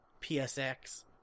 PSX